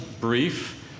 brief